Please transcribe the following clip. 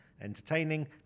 Entertaining